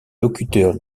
locuteurs